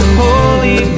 holy